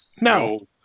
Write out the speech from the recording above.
No